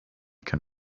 can